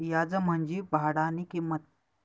याज म्हंजी भाडानी किंमत